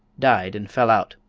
died and fell out.